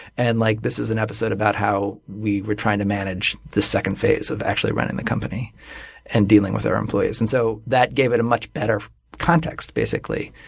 and like this is an episode about how we were trying to manage the second phase of actually running the company and dealing with our own employees. and so that gave it a much better context, basically,